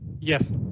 Yes